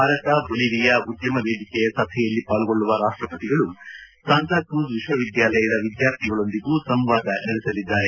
Bharat Bolivia ಉದ್ಯಮ ವೇದಿಕೆಯ ಸಭೆಯಲ್ಲಿ ಪಾಲ್ಗೊಳ್ಳುವ ರಾಷ್ಟಪತಿ ಅವರು ಸಂತಾ ಕ್ರೂಜ್ ವಿಶ್ವವಿದ್ಯಾಲಯದ ವಿದ್ಯಾರ್ಥಿಗಳೊಂದಿಗೂ ಸಂವಾದ ನಡೆಸಲಿದ್ದಾರೆ